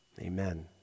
Amen